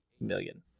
million